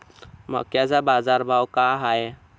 मक्याचा बाजारभाव काय हाय?